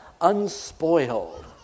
unspoiled